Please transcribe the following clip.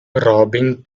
robbing